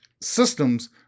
systems